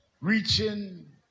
reaching